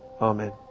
Amen